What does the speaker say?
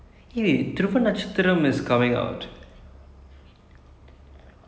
have you seen the the movie that keerthy suresh did sorry what did you say